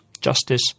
justice